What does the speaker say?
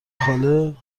خاله